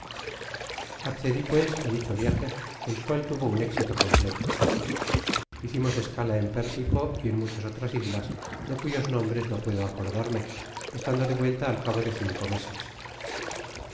accedi pues á dicho viaje el cual tuvo un éxito completo hicimos escala en pérsico y en muchas otras islas de cuyos nombres no puedo acordarme estando de vuelta al cabo de cinco meses